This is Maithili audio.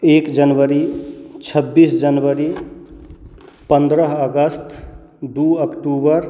एक जनवरी छब्बीस जनवरी पन्द्रह अगस्त दू अक्टूबर